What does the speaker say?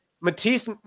Matisse